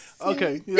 Okay